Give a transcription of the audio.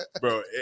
Bro